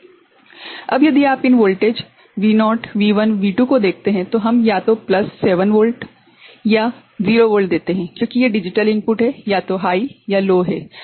अब यदि आप इन वोल्टेज V0 V1 V2 को देखते हैं तो हम या तो प्लस 7 वोल्ट 7V या 0 वोल्ट देते हैं क्योंकि ये डिजिटल इनपुट हैं या तो हाइ या लो है